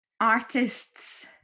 artists